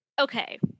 Okay